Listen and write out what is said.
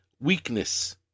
weakness